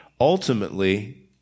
ultimately